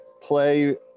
play